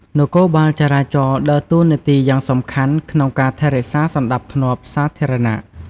នគរបាលចរាចរណ៍ដើរតួនាទីយ៉ាងសំខាន់ក្នុងការថែរក្សាសណ្តាប់ធ្នាប់សាធារណៈ។